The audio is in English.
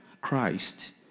Christ